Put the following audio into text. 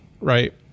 right